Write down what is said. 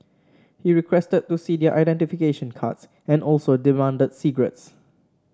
he requested to see their identification cards and also demanded cigarettes